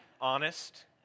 honest